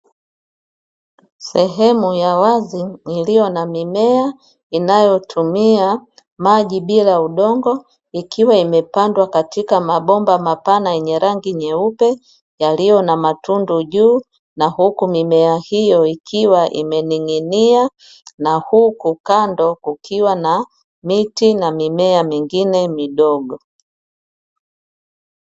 Sehemu ya wazi iliyo na mimea inayotumia maji bila udongo ikiwa imepandwa katika mabomba mapana yenye rangi nyeupe yaliyo na matundu juu, na huku mimea hiyo ikiwa imening'inia na huku kando kukiwa na miti na mimea mingine midogo.